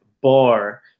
bar